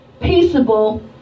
peaceable